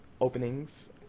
openings